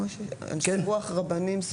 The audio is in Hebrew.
רבנים,